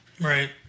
Right